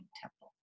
temple